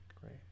Great